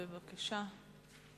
בבקשה.